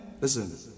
listen